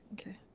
okay